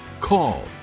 call